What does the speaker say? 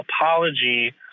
apology